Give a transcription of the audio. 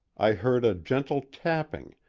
i heard a gentle tapping,